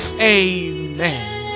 Amen